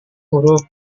huruf